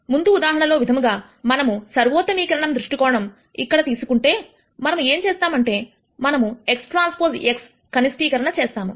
ముందు ఉదాహరణలో విధంగా మనము సర్వోత్తమీకరణం దృష్టి కోణం ఇక్కడ తీసుకుంటే మనము ఏం చేస్తామంటే మనము xTx కనిష్ఠీకరణ చేస్తాము